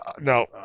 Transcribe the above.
no